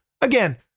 Again